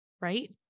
right